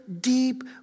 deep